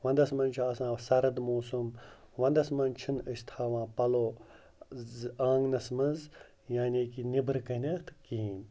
وَنٛدَس منٛز چھِ آسان سَرٕد موسم وَنٛدَس منٛز چھِنہٕ أسۍ تھاوان پَلو زٕ آنٛگنَس منٛز یعنی کہِ نیٚبرٕ کَنٮ۪تھ کِہیٖنۍ